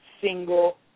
single